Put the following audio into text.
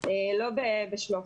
ולא בשלוף.